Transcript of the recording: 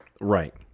Right